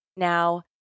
Now